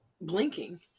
blinking